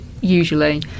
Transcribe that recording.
usually